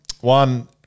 One